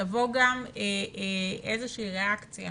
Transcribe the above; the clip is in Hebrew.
תבוא גם איזושהי ראקציה